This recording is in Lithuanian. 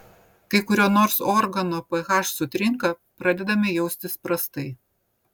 kai kurio nors organo ph sutrinka pradedame jaustis prastai